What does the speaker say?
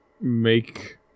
make